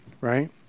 right